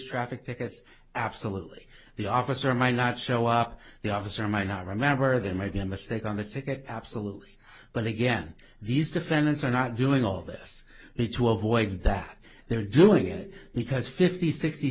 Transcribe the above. traffic tickets absolutely the officer might not show up the officer might not remember there might be a mistake on the ticket absolutely but again these defendants are not doing all this be to avoid that they're doing it because fifty sixty